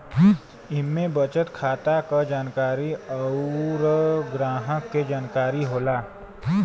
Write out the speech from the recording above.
इम्मे बचत खाता क जानकारी अउर ग्राहक के जानकारी होला